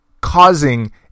causing